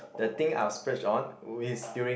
the thing I'd splurge on is during